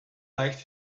likes